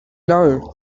know